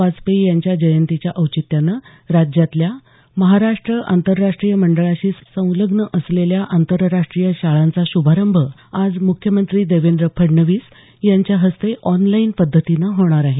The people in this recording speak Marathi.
वाजपेयी यांच्या जयंतीच्या औचित्यानं राज्यातल्या महाराष्ट आंतरराष्ट्रीय मंडळाशी संलग्न असलेल्या आंतरराष्ट्रीय शाळांचा श्रभारंभ आज मुख्यमंत्री देवेंद्र फडणवीस यांच्या हस्ते ऑनलाईन पद्धतीनं होणार आहे